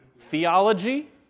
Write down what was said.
Theology